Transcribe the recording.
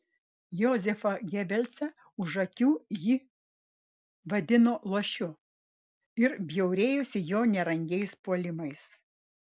jozefą gebelsą už akių ji vadino luošiu ir bjaurėjosi jo nerangiais puolimais